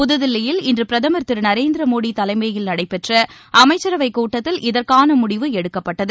புதுதில்லியில் இன்று பிரதமர் திரு நரேந்திர மோடி தலைமையில் நடைபெற்ற அமைச்சரவைக் கூட்டத்தில் இதற்கான முடிவு எடுக்கப்பட்டது